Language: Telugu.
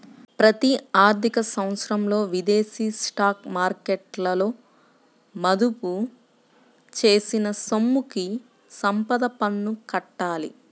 ప్రతి ఆర్థిక సంవత్సరంలో విదేశీ స్టాక్ మార్కెట్లలో మదుపు చేసిన సొమ్ముకి సంపద పన్ను కట్టాలి